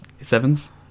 sevens